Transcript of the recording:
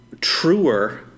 Truer